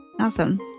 Awesome